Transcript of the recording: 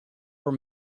were